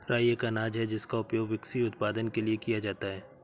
राई एक अनाज है जिसका उपयोग व्हिस्की उत्पादन के लिए किया जाता है